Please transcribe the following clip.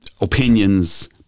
opinions